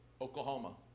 Oklahoma